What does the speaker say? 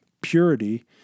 Purity